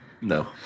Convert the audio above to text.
No